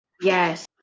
Yes